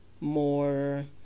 more